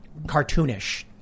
cartoonish